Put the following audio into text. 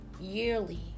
yearly